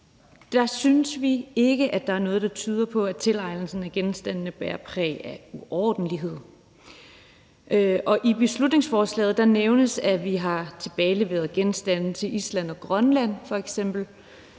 synes vi ikke, at der er noget, der tyder på, at tilegnelsen af genstandene bærer præg af uordentlighed. I beslutningsforslaget nævnes det, at vi har tilbageleveret genstande til f.eks. Island og Grønland, men